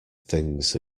things